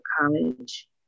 college